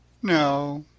no,